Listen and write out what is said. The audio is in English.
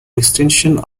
extensions